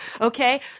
okay